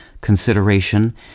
consideration